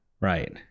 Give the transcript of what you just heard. right